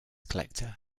collector